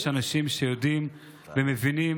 יש אנשים שיודעים ומבינים